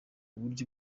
buryo